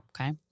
okay